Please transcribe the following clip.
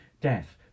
death